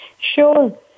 Sure